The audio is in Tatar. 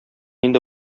инде